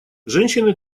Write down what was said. женщины